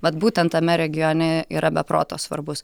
vat būtent tame regione yra be proto svarbus